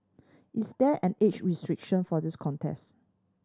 is there an age restriction for this contest